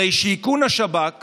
הרי שאיכון השב"כ